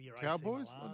Cowboys